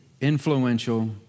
influential